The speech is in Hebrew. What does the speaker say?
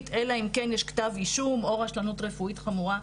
אלא אם כן יש כתב אישום או רשלנות רפואית חמורה.